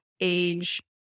age